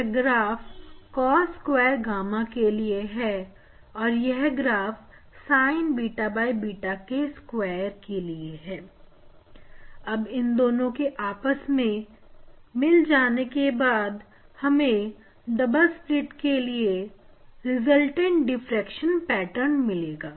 यह graph cos sqaure gamma के लिए है और यह graph sin square beta beta के लिए है अब यह दोनों आपस में मिल जाएंगे और हमें डबल स्लिट के लिए रिजल्ट डिफ्रेक्शन पेटर्न मिलेगा